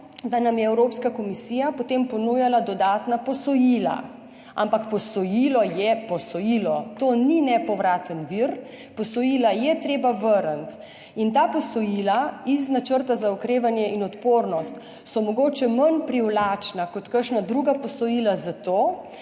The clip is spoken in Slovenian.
da nam je Evropska komisija potem ponujala dodatna posojila, ampak posojilo je posojilo, to ni nepovraten vir, posojila je treba vrniti. In ta posojila iz Načrta za okrevanje in odpornost so mogoče manj privlačna kot kakšna druga posojila zato,